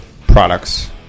products